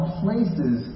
places